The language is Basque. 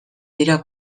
dira